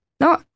no